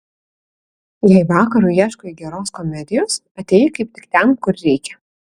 jei vakarui ieškai geros komedijos atėjai kaip tik ten kur reikia